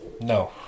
No